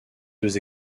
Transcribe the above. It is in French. deux